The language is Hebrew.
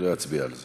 אני לא אצביע על זה.